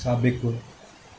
साबिक़ु